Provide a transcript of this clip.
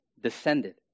descended